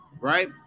right